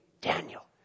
Daniel